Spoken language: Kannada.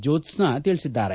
ಜೋತ್ಸ್ನಾ ತಿಳಿಸಿದ್ದಾರೆ